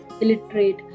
illiterate